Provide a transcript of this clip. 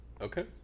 okay